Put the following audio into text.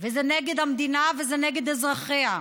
וזה נגד המדינה וזה נגד אזרחיה.